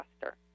faster